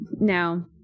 Now